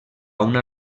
una